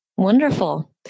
Wonderful